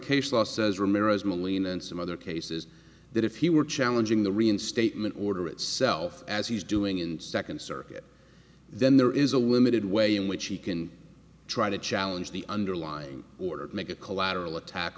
case law says ramirez milian and some other cases that if he were challenging the reinstatement order itself as he's doing in the second circuit then there is a limited way in which he can try to challenge the underlying order make a collateral attack